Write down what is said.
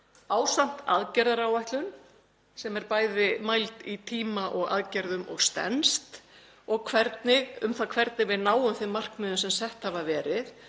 ásamt aðgerðaáætlun sem er bæði mæld í tíma og aðgerðum og stenst og um það hvernig við náum þeim markmiðum sem sett hafa verið